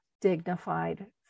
dignified